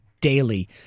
daily